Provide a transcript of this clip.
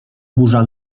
burza